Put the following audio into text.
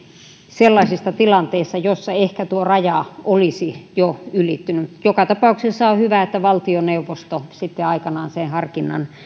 sellaisesta tilanteesta jossa ehkä tuo raja olisi jo ylittynyt joka tapauksessa on hyvä että valtioneuvosto sitten aikanaan sen harkinnan